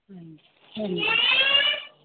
ਹਾਂਜੀ ਹਾਂਜੀ